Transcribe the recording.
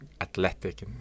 athletic